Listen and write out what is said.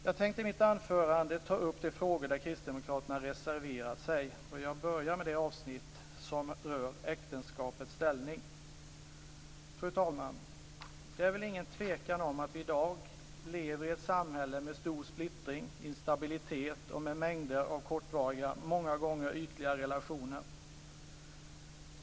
Jag tänker i mitt anförande ta upp de frågor där kristdemokraterna reserverat sig. Jag börjar med det avsnitt som rör äktenskapets ställning. Fru talman! Det är väl ingen tvekan om att vi i dag lever i ett samhälle med stor splittring, instabilitet och mängder av kortvariga, många gånger ytliga relationer.